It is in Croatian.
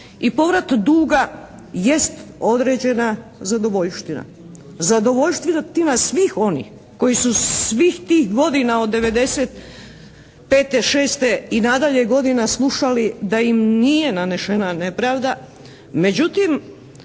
I povrat duga jest određena zadovoljština. Zadovoljština svih onih koji su svih tih godina od '95., '96. i nadalje godina slušali da im nije nanešena nepravda.